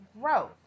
growth